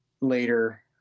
later